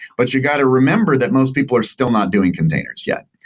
but you got to remember that most people are still not doing containers yet,